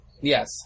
Yes